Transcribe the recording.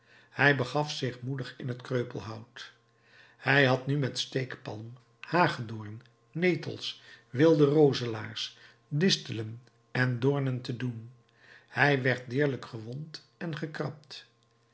hij begaf zich moedig in het kreupelhout hij had nu met steekpalm hagedoorn netels wilde rozelaars distelen en doornen te doen hij werd deerlijk gewond en gekrabd